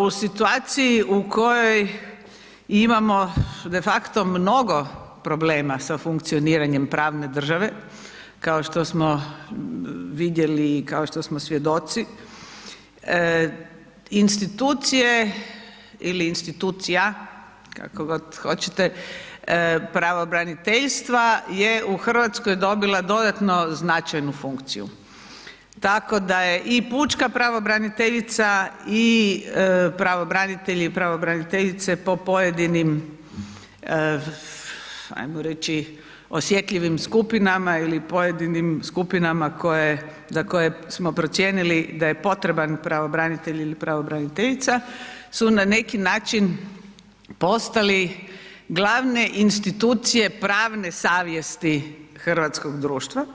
U situaciji u kojoj imamo de facto mnogo problema sa funkcioniranjem pravne države, kao što smo vidjeli i kao što smo svjedoci, institucije ili institucija, kako god hoćete, pravobraniteljstva je u Hrvatskoj dobila dodatno značajnu funkciju, tako da je i pučka pravobraniteljica, i pravobranitelj i pravobraniteljice po pojedinim, ajmo reći osjetljivim skupinama ili pojedinim skupinama koje, za koje smo procijenili da je potreban pravobranitelj ili pravobraniteljica, su na neki način postali glavne institucije pravne savjesti hrvatskog društva,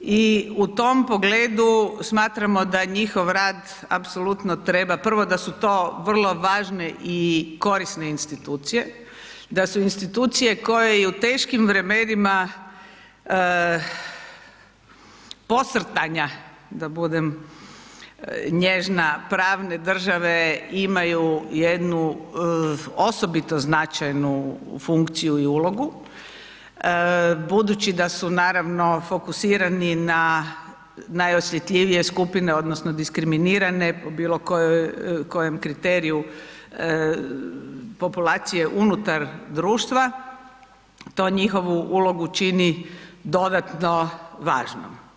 i u tom pogledu smatramo da njihov rad apsolutno treba, prvo da su to vrlo važne i korisne institucije, da su institucije koje i u teškim vremenima posrtanja, da budem nježna, pravne države imaju jednu osobito značajnu funkciju i ulogu, budući da su naravno fokusirani na najosjetljivije skupine odnosno diskriminirane po bilo kojem kriteriju populacije unutar društva, to njihovu ulogu čini dodatno važnom.